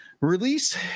release